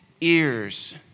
ears